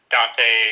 Dante